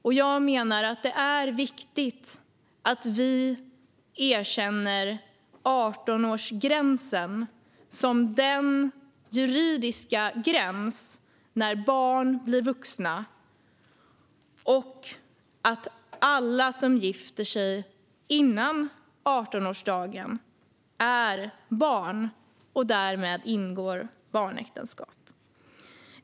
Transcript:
Jag menar att det är viktigt att vi erkänner 18-årsgränsen som den juridiska gränsen för när barn blir vuxna och att vi erkänner att alla som gifter sig före 18-årsdagen är barn och därmed ingår barnäktenskap.